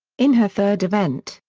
in her third event,